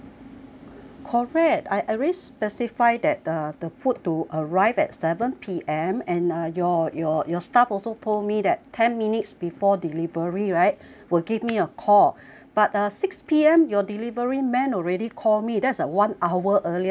correct I I already specified that the the food to arrive at seven P_M and uh your your your staff also told me that ten minutes before delivery right will give me a call but uh six P_M your delivery man already called me that's a one hour earlier then my